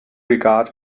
regard